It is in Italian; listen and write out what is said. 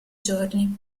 giorni